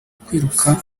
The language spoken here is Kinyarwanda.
kwirukanka